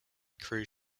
cruise